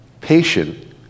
patient